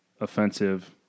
offensive